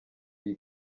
iyi